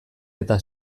eta